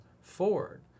forward